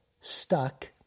stuck